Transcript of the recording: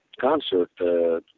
concert